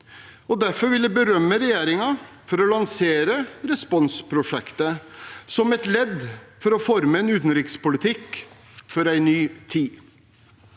Derfor vil jeg berømme regjeringen for å lansere Respons-prosjektet, som et ledd i å forme en utenrikspolitikk for en ny tid.